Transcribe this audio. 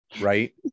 right